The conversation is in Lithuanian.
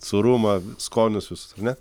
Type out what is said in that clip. sūrumą skonius visus ar ne